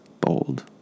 bold